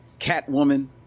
Catwoman